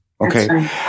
Okay